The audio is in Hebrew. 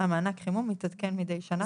המענק חימום מתעדכן מידי שנה בהתאם למדד.